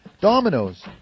Dominoes